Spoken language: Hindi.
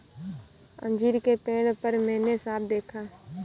अंजीर के पेड़ पर मैंने साँप देखा